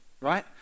right